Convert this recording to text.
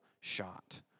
shot